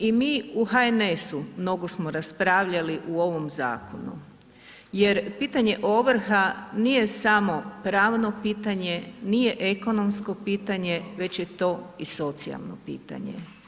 I mi u HNS-u mnogo smo raspravljali u ovom zakonu, jer pitanje ovrha nije samo pravno pitanje, nije ekonomsko pitanje već je to i socijalno pitanje.